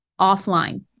offline